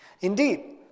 Indeed